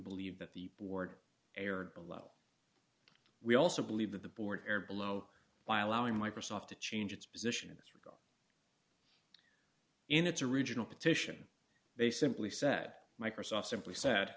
believe that the board erred below we also believe that the board air blow by allowing microsoft to change its position in this regard in its original petition they simply said microsoft simply sa